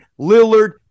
Lillard